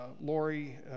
Lori